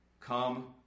come